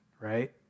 right